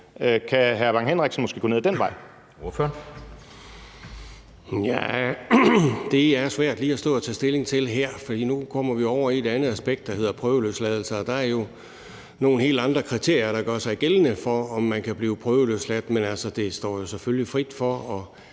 Preben Bang Henriksen (V): Det er svært lige at stå og tage stilling til her. For nu kommer vi over i et andet aspekt, der handler om prøveløsladelser, og der er jo nogle helt andre kriterier, der gør sig gældende for, om man kan blive prøveløsladt, men det står jo selvfølgelig en frit for at